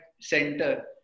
center